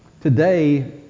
Today